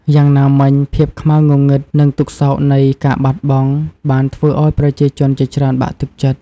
យ៉ាងណាមិញ ភាពខ្មៅងងឹត និងទុក្ខសោកនៃការបាត់បង់បានធ្វើឲ្យប្រជាជនជាច្រើនបាក់ទឹកចិត្ត។